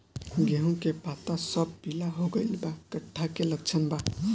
गेहूं के पता सब पीला हो गइल बा कट्ठा के लक्षण बा?